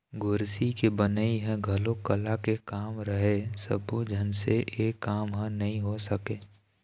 गोरसी के बनई ह घलोक कला के काम हरय सब्बो झन से ए काम ह नइ हो सके